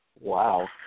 Wow